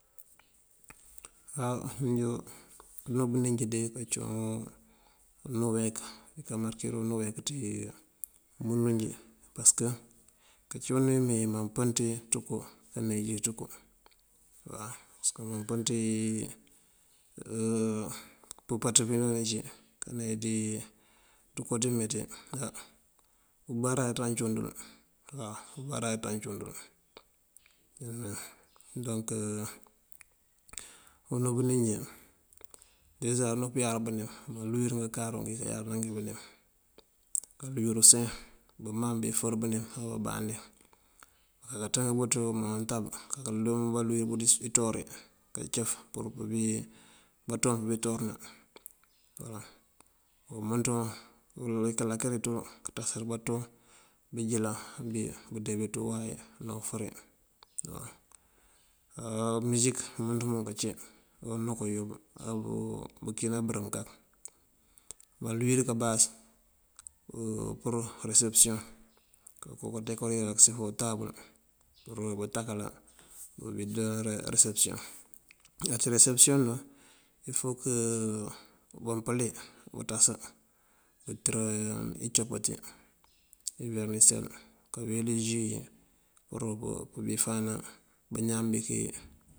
Á njí unú bënim njí de ecíwun unú uweek, kamarënkirirun unú uweek ţí umundu njí. Pasëk ká cíwun uwí mee mampën ţí ţënko aneej dí ţënko. Pasëk mampën ţí pëmpamţ pí joon pí cí kaneej ţëko ţímeeţí ubarar ţañ uncíwun dël, ubarar ţañ wu cíwun dël. donk unú bënim njí deza unú pëyar bënim malúuwir ngëkaru ngí kí pëyarëna bënim. Kalúuwir use bumaŋ bufër bënim abumbandí bunka ká kanţënki bëţ muwan untab. Má lúuwir bëţ inţúuwari kacëf pur banţoŋ pínţúwáarëna. Umënţ wun uwí kalakarun ţël kanţasar banţoŋ bënjëlan bí mëmbindee bí ţí uway ná ufëri waw. music umënţ mun kancí anú kayob abu kiyëna bërëm kak. Malúuwir kabas pur resepësiyoŋ, konka dekorira asi pur untabël pur bëntakala pur pëndoona resepësiyoŋ. Á ţí resepësiyoŋ dun fok bampëli bunţasa butër incopati iwermísel kawel ju pur pëfáana bañaan bíka bí.